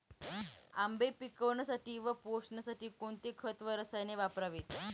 आंबे पिकवण्यासाठी व पोसण्यासाठी कोणते खत व रसायने वापरावीत?